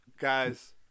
Guys